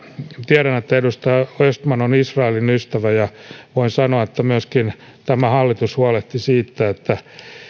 tiedän että edustaja östman on israelin ystävä ja voin sanoa että tämä hallitus huolehtii siitä että